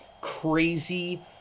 crazy –